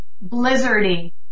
blizzardy